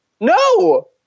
No